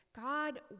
God